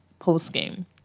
postgame